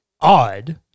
odd